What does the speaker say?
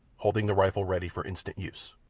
holding the rifle ready for instant use.